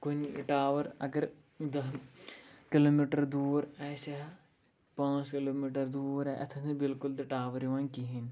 کُنہِ ٹاوَر اگر دَہ کِلوٗ میٖٹَر دوٗر آسہِ ہا پانٛژھ کِلوٗ میٖٹَر دوٗر اَتھ ٲسۍ نہٕ بِلکُل تہِ ٹاوَر یِوان کِہیٖنۍ